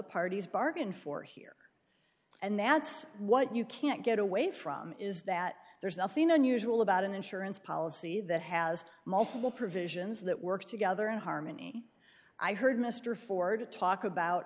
parties bargained for here and that's what you can't get away from is that there's nothing unusual about an insurance policy that has multiple provisions that work together in harmony i heard mr ford talk about